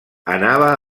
anava